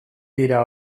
dira